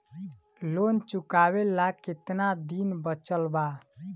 Loan चुकावे ला कितना दिन बचल बा?